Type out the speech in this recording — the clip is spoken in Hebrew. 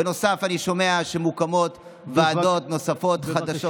בנוסף, אני שומע שמוקמות ועדות נוספות חדשות.